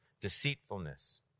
Deceitfulness